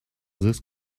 this